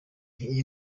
iyi